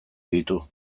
ditu